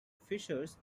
fishers